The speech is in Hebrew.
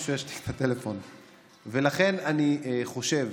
לכן אני חושב